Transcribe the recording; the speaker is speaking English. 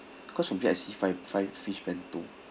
cause from here I see five five fish bento